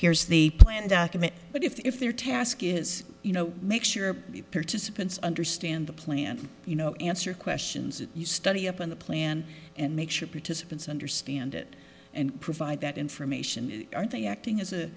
here's the plan document but if their task is you know make sure the participants understand the plan you know answer questions you study up on the plan and make sure participants understand it and provide that information are they acting as a